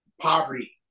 poverty